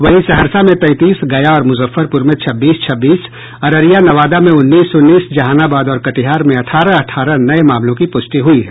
वहीं सहरसा में तैंतीस गया और मुजफ्फरपुर में छब्बीस छब्बीस अररिया नवादा में उन्नीस उन्नीस जहानाबाद और कटिहार में अठारह अठारह नये मामलों की प्रष्टि हुई है